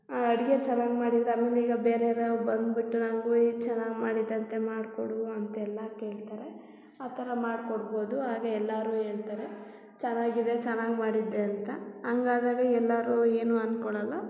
ಅಡುಗೆ ಚೆನ್ನಾಗಿ ಮಾಡಿದ್ರೆ ಆಮೇಲೆ ಈಗ ಬೇರೇರೂ ಬಂದುಬಿಟ್ಟು ನನಗೂ ಈ ಚೆನ್ನಾಗಿ ಮಾಡಿದಂತೆ ಮಾಡಿಕೊಡು ಅಂತೆಲ್ಲ ಕೇಳ್ತಾರೆ ಆ ಥರ ಮಾಡಿಕೊಡ್ಬೌದು ಹಾಗೆ ಎಲ್ಲರೂ ಹೇಳ್ತಾರೆ ಚೆನ್ನಾಗಿದೆ ಚೆನ್ನಾಗಿ ಮಾಡಿದ್ದೆ ಅಂತ ಹಂಗಾದಾಗ ಎಲ್ಲರೂ ಏನೂ ಅಂದ್ಕೊಳ್ಳಲ್ಲ